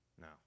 No